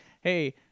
hey